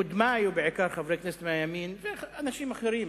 קודמי, ובעיקר חברי כנסת מהימין ואנשים אחרים,